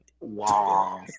Wow